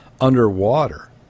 underwater